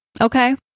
Okay